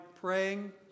praying